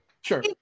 Sure